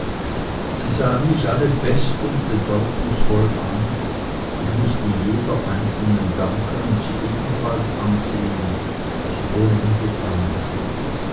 sie sahen mich alle fest und bedeutungsvoll an ich mußte jeder einzelnen danken und sie ebenfalls ansehen was ich ohnehin getan hätte